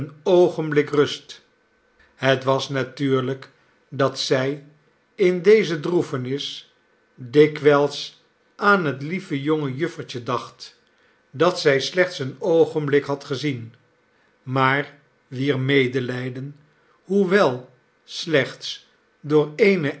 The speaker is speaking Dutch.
oogenblik rust het was natuurlijk dat zij in deze droefenis dikwijls aan het lievejongejuffertje dacht dat zij slechts een oogenblik had gezien maar wier medelijden hoewel slechts door eene